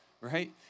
right